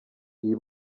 iyi